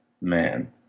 man